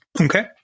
Okay